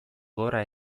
gora